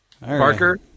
Parker